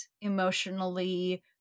emotionally